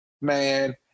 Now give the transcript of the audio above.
man